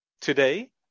today